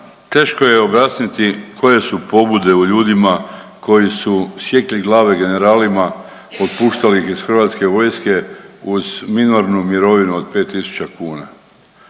teško je objasniti koje su pobude u ljudima koji su sjekli glave generalima, otpuštali ih iz Hrvatske vojske uz minornu mirovinu od 5000 kuna.